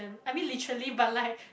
I mean literally but like